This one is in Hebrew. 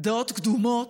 דעות קדומות.